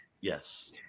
Yes